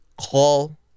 call